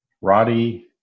Roddy